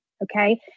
Okay